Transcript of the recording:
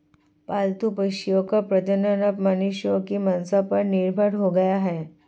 पालतू पशुओं का प्रजनन अब मनुष्यों की मंसा पर निर्भर हो गया है